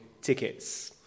tickets